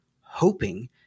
hoping